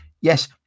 yes